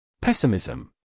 Pessimism